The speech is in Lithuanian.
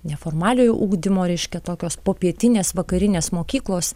neformaliojo ugdymo reiškia tokios popietinės vakarinės mokyklos